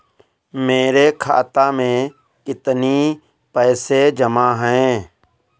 मेरे खाता में कितनी पैसे जमा हैं?